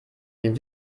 den